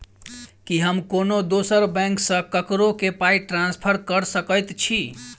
की हम कोनो दोसर बैंक सँ ककरो केँ पाई ट्रांसफर कर सकइत छि?